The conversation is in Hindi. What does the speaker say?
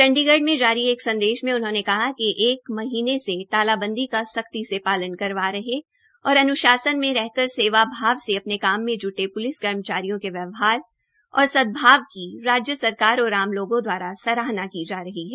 चंडीगढ़ में जारी एक संदेश में उन्होंने कहा कि एक माह में तालाबंदी का सख्ती से पालन करवा रहे और अन्शासन में रहकर सेवा भाव से अपने काम में जूटे प्लिस कर्मचारियों के व्यवहार और सदभाव की राज्य सरकार और आम लोगों द्वारा सराहना की जा रही है